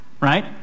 right